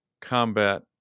combat